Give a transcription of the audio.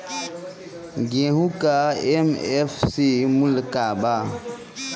गेहू का एम.एफ.सी मूल्य का बा?